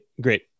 great